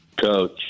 Coach